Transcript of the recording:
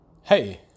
hey